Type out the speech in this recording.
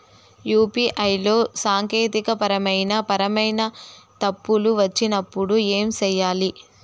UPI లో సాంకేతికపరమైన పరమైన తప్పులు వచ్చినప్పుడు ఏమి సేయాలి